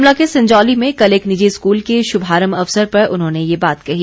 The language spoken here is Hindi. शिमला के संजौली में कल एक निजी स्कूल के शुभारंभ अवसर पर उन्होंने ये बात कही